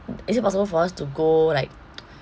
is it possible for us to go like